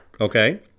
Okay